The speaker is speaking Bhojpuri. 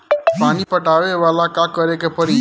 पानी पटावेला का करे के परी?